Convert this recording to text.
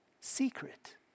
secret